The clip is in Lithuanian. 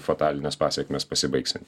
fatalines pasekmes pasibaigsiant